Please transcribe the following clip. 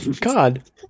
God